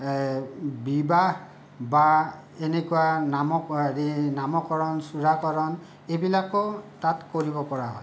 বিবাহ বা এনেকুৱা নামক হেৰি নামকৰণ চূড়াকৰণ এইবিলাকো তাত কৰিব পৰা হয়